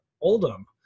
Oldham